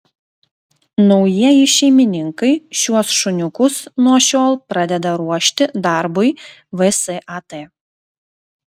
naujieji šeimininkai šiuos šuniukus nuo šiol pradeda ruošti darbui vsat